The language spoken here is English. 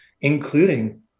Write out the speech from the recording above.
including